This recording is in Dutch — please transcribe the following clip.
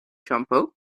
shampoo